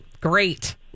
Great